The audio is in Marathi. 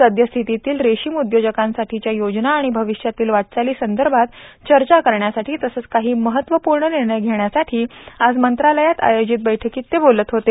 सद्यस्थितीतील रेशीम उद्योजकांसाठीच्या योजना आणि भविष्यातील वाटचाली संदर्भात चर्चा करण्यासाठी तसेच काही महत्वपूर्ण निर्णय घेण्यासाठी आज मंत्रालायात आयोजित बैठकीत ते बोलत होते